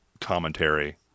commentary